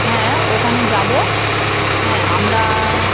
হ্যাঁ ওখানে যাব হ্যাঁ আমরা